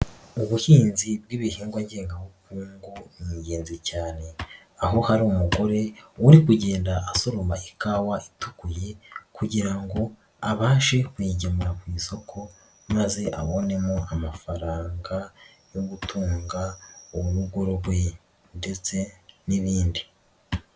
Ubuhinzi bw'ibihingwa ngengabukungu ni ingenzi cyane aho hari umugore uri kugenda asoroma ikawa itukuye kugira ngo abashe kuyigemura ku isoko maze abonemo amafaranga yo gutunga urugo rwe ndetse n'ibindi.